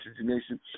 nation